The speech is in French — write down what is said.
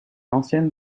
ancienne